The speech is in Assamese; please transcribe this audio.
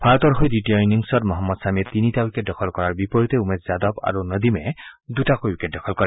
ভাৰতৰ হৈ দ্বিতীয় ইনিংছত মহম্মদ চামীয়ে তিনিটা উইকেট দখল কৰাৰ বিপৰীতে উমেশ যাদৱ আৰু নদীমে দুটাকৈ উইকেট দখল কৰে